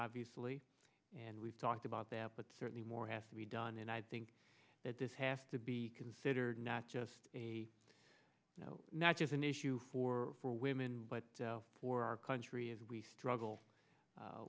obviously and we've talked about that but certainly more has to be done and i think that this has to be considered not just a you know not just an issue for women but for our country as we struggle